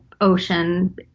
ocean